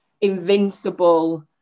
invincible